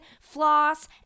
floss